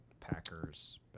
Packers